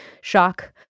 shock